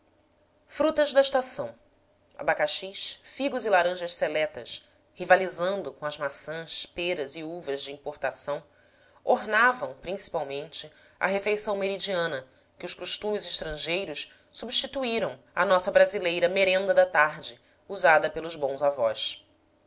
frutas da estação abacaxis figos e laranjas seletas rivalizando com as maçãs peras e uvas de importação ornavam principalmente a refeição meridiana que os costumes estrangeiros substituíram à nossa brasileira merenda da tarde usada pelos bons avós